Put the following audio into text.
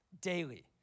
daily